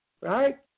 right